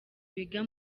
biga